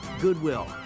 Goodwill